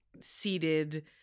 seated